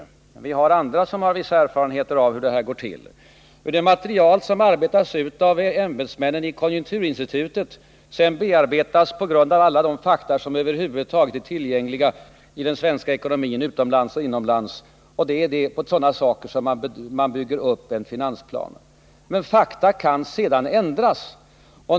Det finns andra här i kammaren som har vissa erfarenheter hur det går till. Det material som arbetas ut av ämbetsmännen vid konjunkturinstitutet bearbetas inom ekonomidepartementet på grundval av alla de fakta som är tillgängliga om den svenska ekonomin — utomlands och inomlands. Det är på sådana saker som man bygger upp en finansplan. Men fakta kan sedan ändras.